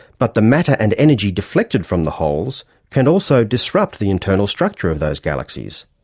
but the matter and energy deflected from the holes can also disrupt the internal structure of those galaxies.